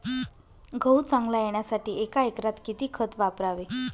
गहू चांगला येण्यासाठी एका एकरात किती खत वापरावे?